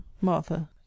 martha